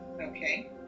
Okay